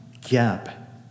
gap